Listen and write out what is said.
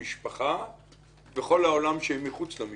--- קח עשר שנים.